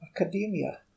academia